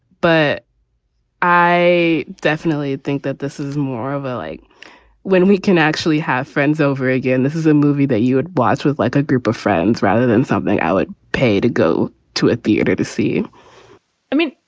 but i definitely think that this is more of ah like when we can actually have friends over again. this is a movie that you would box with, like a group of friends rather than something i would pay to go to a theater to see i mean,